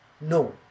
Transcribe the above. No